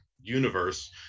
universe